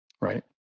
Right